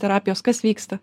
terapijos kas vyksta